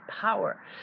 power